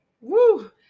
Woo